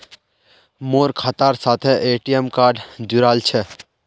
मोर खातार साथे ए.टी.एम कार्ड जुड़ाल छह